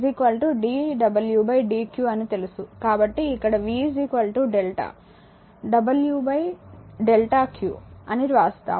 కాబట్టి ఇక్కడ v delta wడెల్టా q అని వ్రాసాము